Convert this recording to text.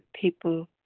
people